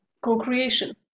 co-creation